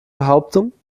behauptungen